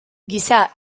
giza